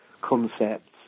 concepts